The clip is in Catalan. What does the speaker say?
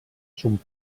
son